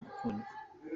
gukundwa